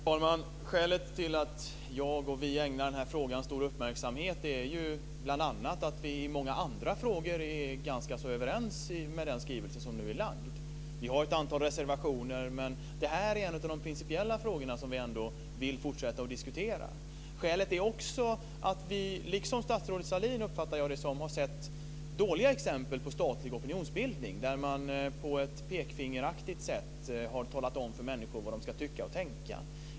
Herr talman! Ett av skälen till att vi ägnar denna fråga stor uppmärksamhet är ju att vi i många andra frågor i den skrivelse som nu är framlagd är ganska överens. Vi har ett antal reservationer, men detta är en av de principiella frågor som vi ändå vill fortsätta att diskutera. Skälet är också att vi - liksom statsrådet Sahlin, uppfattar jag det som - har sett dåliga exempel på statlig opinionsbildning, där man på ett pekfingeraktigt sätt har talat om för människor vad de ska tycka och tänka.